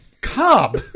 cob